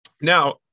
Now